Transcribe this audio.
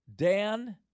Dan